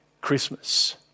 Christmas